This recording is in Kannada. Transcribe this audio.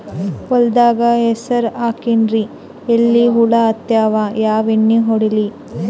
ಹೊಲದಾಗ ಹೆಸರ ಹಾಕಿನ್ರಿ, ಎಲಿ ಹುಳ ಹತ್ಯಾವ, ಯಾ ಎಣ್ಣೀ ಹೊಡಿಲಿ?